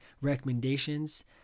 recommendations